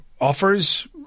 offers